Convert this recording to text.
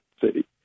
City